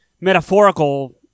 metaphorical